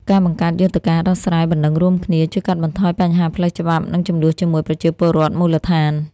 ការបង្កើតយន្តការដោះស្រាយបណ្ដឹងរួមគ្នា ជួយកាត់បន្ថយបញ្ហាផ្លូវច្បាប់ និងជម្លោះជាមួយប្រជាពលរដ្ឋមូលដ្ឋាន។